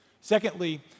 Secondly